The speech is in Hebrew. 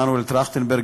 מנואל טרכטנברג,